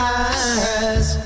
eyes